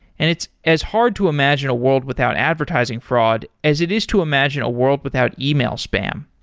and it's as hard to imagine a world without advertising fraud as it is to imagine a world without email spam.